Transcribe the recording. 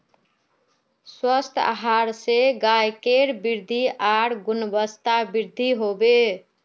स्वस्थ आहार स गायकेर वृद्धि आर गुणवत्तावृद्धि हबे